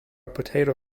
potato